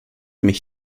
mich